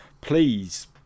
please